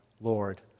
Lord